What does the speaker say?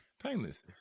painless